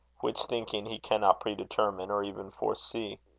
which thinking he cannot pre-determine or even foresee?